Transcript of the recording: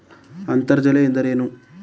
ಅಂತರ್ಜಲ ಎಂದರೇನು?